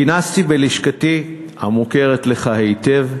כינסתי בלשכתי, המוכרת לך היטב,